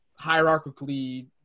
hierarchically